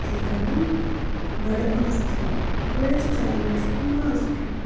اِتھَے کٔنَن بَڑٕ ماز کھیوٚن بٔڑِس چاروٲے سُنٛد ماز کھیوٚن